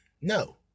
No